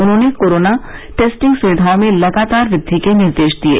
उन्होंने corona testing सुविधाओं में लगातार वृद्वि के निर्देश दिये